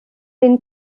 den